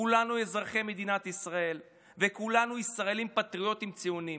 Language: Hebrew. כולנו אזרחי מדינת ישראל וכולנו ישראלים פטריוטים ציונים.